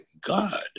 God